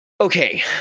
Okay